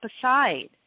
aside